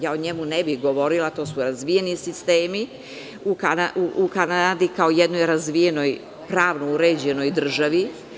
Ja o njemu ne bih govorila, to su razvijeni sistemi u Kanadi, kao jednoj razvijenoj, pravno uređenoj državi.